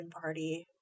party